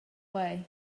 way